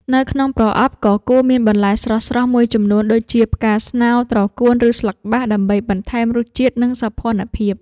នៅក្នុងប្រអប់ក៏គួរមានបន្លែស្រស់ៗមួយចំនួនដូចជា ផ្កាស្នោ ត្រកួន ឬស្លឹកបាស ដើម្បីបន្ថែមរសជាតិ និងសោភ័ណភាព។